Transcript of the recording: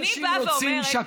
אני באה ואומרת,